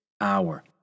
hour